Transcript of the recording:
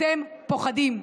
אתם פוחדים.